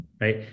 right